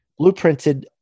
Blueprinted